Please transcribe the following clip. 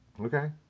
okay